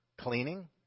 cleaning